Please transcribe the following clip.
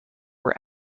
were